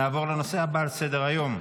נעבור לנושא הבא על סדר-היום,